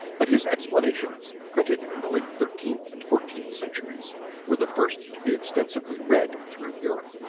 but his explanations printed in the late thirteenth and fourteenth centuries were the first to be extensively read through europe.